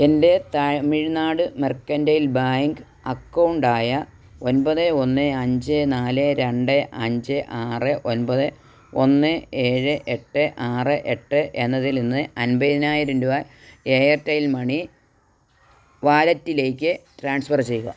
എൻ്റെ Tamil Nadu mercantile bank അക്കൗണ്ടായ ഒൻപത് ഒന്ന് അഞ്ച് നാലേ് രണ്ട് അഞ്ച് ആറ് ഒൻപത് ഒന്ന് ഏഴ് എട്ട് ആറ് എട്ട് എന്നതിൽ നിന്ന് അമ്പതിനായിരം രൂപ എയർടൈൽ മണി വാലറ്റിലേക്ക് ട്രാൻസ്ഫർ ചെയ്യുക